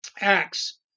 Acts